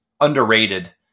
underrated